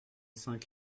cinq